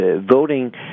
voting